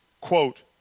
quote